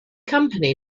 company